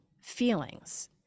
feelings